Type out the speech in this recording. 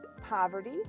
poverty